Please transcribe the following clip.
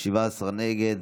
17 נגד,